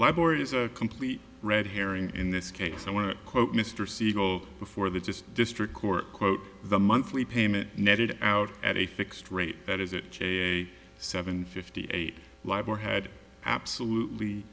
library is a complete red herring in this case i want to quote mr siegel before that just district court quote the monthly payment netted out at a fixed rate that is it a seven fifty eight live or had absolutely